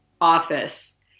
office